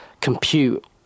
compute